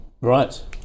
Right